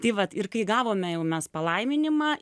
tai vat ir kai gavome jau mes palaiminimą